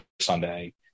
Sunday